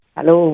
Hello